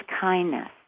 kindness